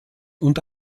und